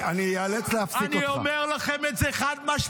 לכן אני אומר לכם --- זאת האמת.